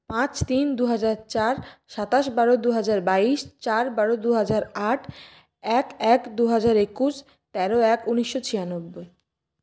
পাঁচ তিন দু হাজার চার সাতাশ বারো দু হাজার বাইশ চার বারো দু হাজার আট এক এক দু হাজার একুশ তেরো এক উনিশশো ছিয়ানব্বই